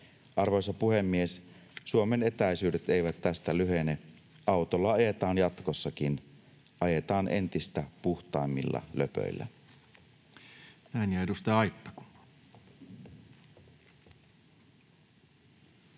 Arvoisa puhemies! Suomen etäisyydet eivät tästä lyhene. Autolla ajetaan jatkossakin. Ajetaan entistä puhtaammilla löpöillä.